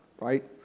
right